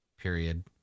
Period